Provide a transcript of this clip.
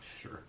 Sure